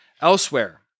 elsewhere